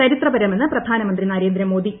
ചരിത്രപരമെന്ന് പ്രധാനമന്ത്രി നരേന്ദ്രമോദി